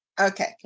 okay